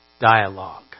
dialogue